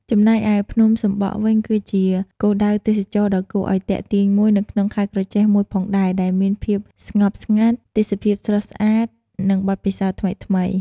ចំណែកឯភ្នំសំបក់វិញគឺជាគោលដៅទេសចរណ៍ដ៏គួរឱ្យទាក់ទាញមួយនៅក្នុងខេត្តក្រចេះមួយផងដែរ ដែលមានភាពស្ងប់ស្ងាត់ ទេសភាពស្រស់ស្អាត និងបទពិសោធន៍ថ្មីៗ ។